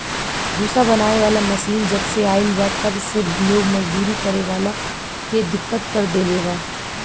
भूसा बनावे वाला मशीन जबसे आईल बा तब से लोग मजदूरी करे वाला के दिक्कत कर देले बा